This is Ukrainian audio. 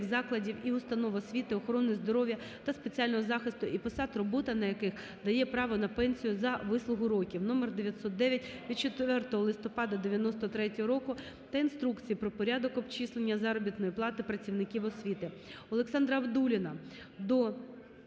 закладів і установ освіти, охорони здоров'я та соціального захисту і посад, робота на яких дає право на пенсію за вислугу років" номер 909 від 4 листопада 1993 року та Інструкції про порядок обчислення заробітної плати працівників освіти.